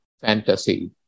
fantasy